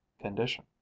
condition